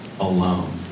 alone